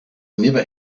never